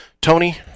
Tony